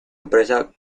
empresa